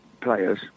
players